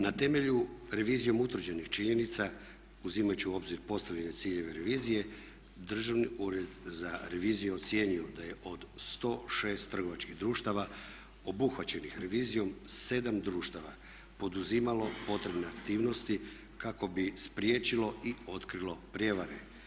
Na temelju revizijom utvrđenih činjenica uzimajući u obzir postavljene ciljeve revizije Državni ured za reviziju je ocijenio da je od 106 trgovačkih društava obuhvaćenih revizijom 7 društava poduzimalo potrebne aktivnosti kako bi spriječilo i otkrilo prijevare.